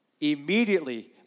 Immediately